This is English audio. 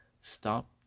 Stop